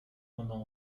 pendant